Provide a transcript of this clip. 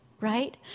right